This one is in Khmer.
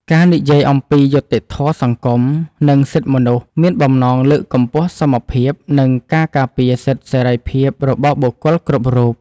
ការនិយាយអំពី យុត្តិធម៌សង្គម និងសិទ្ធិមនុស្ស មានបំណងលើកកម្ពស់សមភាព និងការការពារសិទ្ធិសេរីភាពរបស់បុគ្គលគ្រប់រូប។